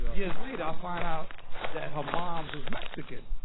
years later, i find out that her mom was mexican.